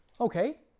Okay